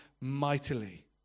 mightily